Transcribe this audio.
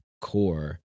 core